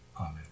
Amen